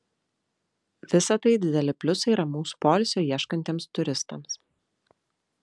visa tai dideli pliusai ramaus poilsio ieškantiems turistams